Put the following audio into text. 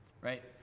right